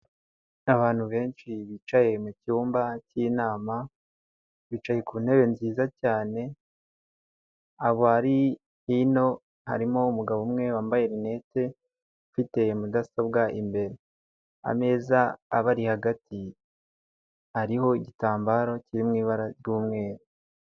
Aantu benshi bicaye mu cyumba cy'inama bicaye ku ntebe nziza cyane. Abari hino harimo umugabo umwe wambaye rinete ufite mudasobwa imbere, ameza aba ari hagati hariho igitambaro kiri mu ibara ry'umweru.